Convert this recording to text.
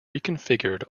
reconfigured